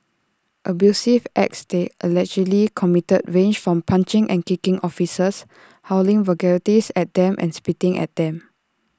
abusive acts they allegedly committed range from punching and kicking officers hurling vulgarities at them and spitting at them